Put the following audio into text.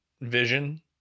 Vision